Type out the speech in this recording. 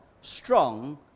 strong